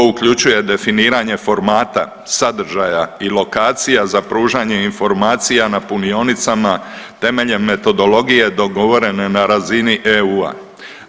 To uključuje definiranje formata, sadržaja i lokacija za pružanje informacija na punionicama temeljem metodologije dogovorene na razini EU-a.